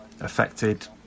affected